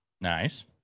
Nice